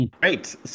great